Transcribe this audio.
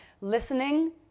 listening